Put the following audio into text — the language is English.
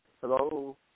Hello